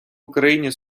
україні